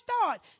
start